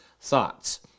thoughts